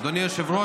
אדוני היושב-ראש,